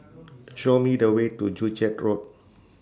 Show Me The Way to Joo Chiat Road